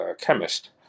chemist